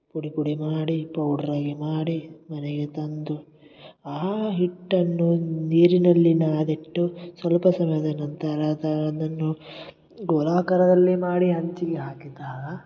ಪುಡಿ ಪುಡಿ ಮಾಡಿ ಪೌಡ್ರಾಗಿ ಮಾಡಿ ಮನೆಗೆ ತಂದು ಆ ಹಿಟ್ಟನ್ನು ನೀರಿನಲ್ಲಿ ನಾದಿಟ್ಟು ಸ್ವಲ್ಪ ಸಮಯದ ನಂತರ ಅದನ್ನು ಗೋಲಾಕಾರದಲ್ಲಿ ಮಾಡಿ ಹಂಚಿಗೆ ಹಾಕಿದಾಗ